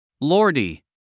Lordy